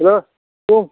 हेल' बुं